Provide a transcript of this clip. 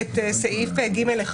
סעיף ג1.